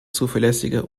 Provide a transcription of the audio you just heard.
zuverlässige